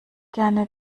gerne